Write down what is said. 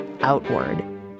outward